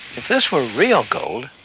if this were real gold,